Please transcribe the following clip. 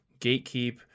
gatekeep